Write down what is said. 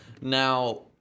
Now